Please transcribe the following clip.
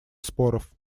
споров